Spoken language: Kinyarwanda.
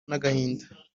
n’agahinda